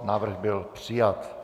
Návrh byl přijat.